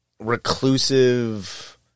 reclusive